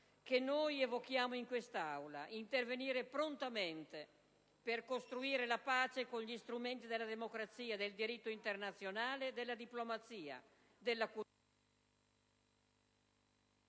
che noi evochiamo in quest'Aula: intervenire prontamente per costruire la pace con gli strumenti della democrazia, del diritto internazionale e della diplomazia, della cultura